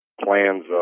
plans